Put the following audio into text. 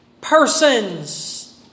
persons